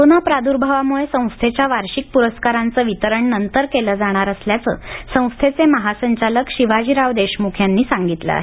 corona प्रादुर्भावामुळे संस्थेच्या वार्षिक प्रस्कारांचं वितरण नंतर केलं जाणार असल्याचं संस्थेचे महासंचालक शिवाजीराव देशमुख यांनी सांगितलं आहे